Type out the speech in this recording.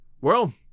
Well